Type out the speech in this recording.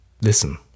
Listen